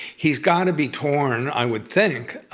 he's gonna be torn i would think,